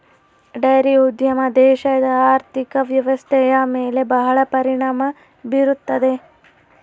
dairy ಉದ್ಯಮ ದೇಶದ ಆರ್ಥಿಕ ವ್ವ್ಯವಸ್ಥೆಯ ಮೇಲೆ ಬಹಳ ಪರಿಣಾಮ ಬೀರುತ್ತದೆ